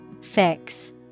Fix